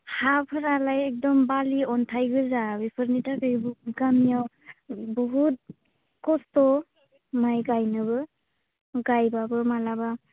हाफोरालाय एकदम बालि अन्थाइ गोजा बेफोरनि थाखायबो गामियाव बहुद कस्त' माइ गायनोबो गायबाबो माब्लाबा